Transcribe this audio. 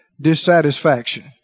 dissatisfaction